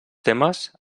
temes